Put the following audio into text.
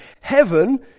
heaven